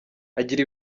agira